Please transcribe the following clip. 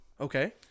Okay